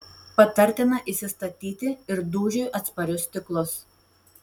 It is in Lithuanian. patartina įsistatyti ir dūžiui atsparius stiklus